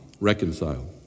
reconcile